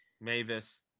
mavis